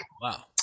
Wow